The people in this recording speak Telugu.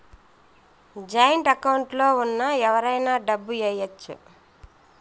జాయింట్ అకౌంట్ లో ఉన్న ఎవరైనా డబ్బు ఏయచ్చు